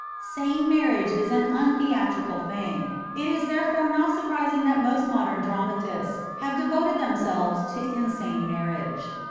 sane marriage is an untheatrical thing it is therefore not surprising that most modern dramatists have devoted themselves to insane marriage.